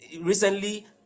recently